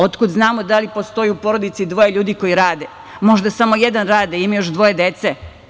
Otkud znamo da li postoji u porodici dvoje ljudi koji radi, možda samo jedan radi, a ima još dvoje dece.